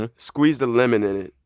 and squeezed a lemon in it,